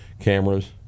cameras